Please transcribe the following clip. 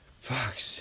Fuck's